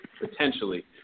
potentially